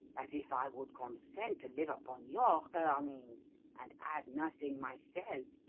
as if i would consent to live upon your earnings and add nothing myself!